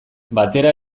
batera